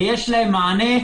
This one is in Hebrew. ויש להם מענה.